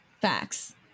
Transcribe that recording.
Facts